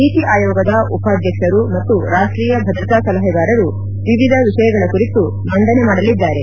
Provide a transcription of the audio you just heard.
ನೀತಿ ಆಯೋಗದ ಉಪಾಧ್ಯಕ್ಷರು ಮತ್ತು ರಾಷ್ವೀಯ ಭದ್ರತಾ ಸಲಹೆಗಾರರು ವಿವಿಧ ವಿಷಯಗಳ ಕುರಿತು ಮಂಡನೆ ಮಾಡಲಿದ್ದಾರೆ